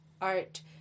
art